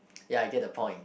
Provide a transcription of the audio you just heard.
ya I get the point